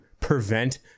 prevent